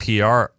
PR